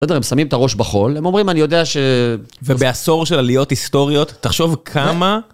לא יודע, הם שמים את הראש בחול, הם אומרים, אני יודע ש... ובעשור של עליות היסטוריות, תחשוב כמה...